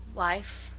wife,